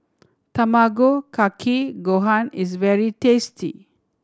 Tamago Kake Gohan is very tasty